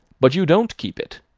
but you don't keep it.